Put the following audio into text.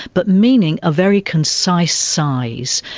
but meaning a very concise size,